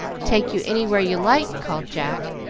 take you anywhere you like, called jack,